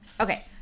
Okay